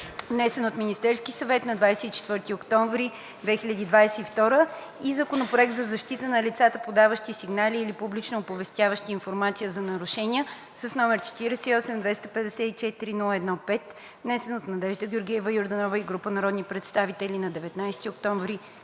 внесен от Министерския съвет на 24 октомври 2022 г., и Законопроект за защита на лицата, подаващи сигнали или публично оповестяващи информация за нарушения, № 48-254-01-5, внесен от Надежда Георгиева Йорданова и група народни представители на 19 октомври 2022